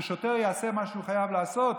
ששוטר יעשה מה שהוא חייב לעשות,